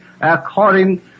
according